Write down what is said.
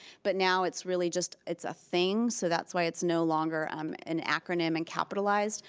but now it's really just, it's a thing so that's why it's no longer um an acronym and capitalized,